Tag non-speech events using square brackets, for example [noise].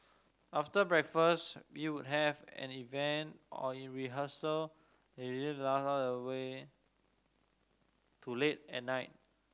after breakfast we would have an event or rehearsal [unintelligible] the way to late at night